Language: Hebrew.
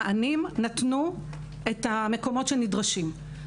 המענים נתנו את המקומות הנדרשים.